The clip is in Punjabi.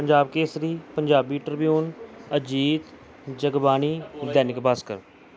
ਪੰਜਾਬ ਕੇਸਰੀ ਪੰਜਾਬੀ ਟ੍ਰਿਬਿਊਨ ਅਜੀਤ ਜਗਬਾਣੀ ਦੈਨਿਕ ਭਾਸਕਰ